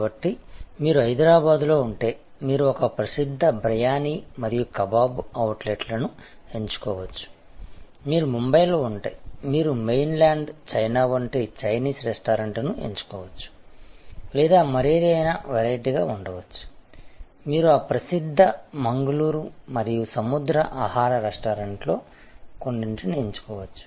కాబట్టి మీరు హైదరాబాదులో ఉంటే మీరు ఒక ప్రసిద్ధ బ్రయానీ మరియు కబాబ్ అవుట్లెట్ను ఎంచుకోవచ్చు మీరు ముంబైలో ఉంటే మీరు మెయిన్ల్యాండ్ చైనా వంటి చైనీస్ రెస్టారెంట్ను ఎంచుకోవచ్చు లేదా మరేదైనా వెరైటీగా ఉండవచ్చు మీరు ఆ ప్రసిద్ధ మంగళూరు మరియు సముద్ర ఆహార రెస్టారెంట్లలో కొన్నింటిని ఎంచుకోవచ్చు